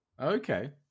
Okay